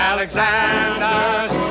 Alexander's